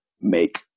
make